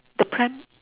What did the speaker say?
the pram